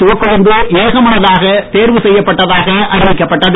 சிவக்கொழுந்து ஏகமனதாக தேர்வு செய்யப்பட்டதாக அறிவிக்கப்பட்டது